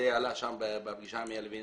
מה שעלה בפגישה עם מאיר לוין.